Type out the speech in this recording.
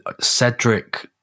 Cedric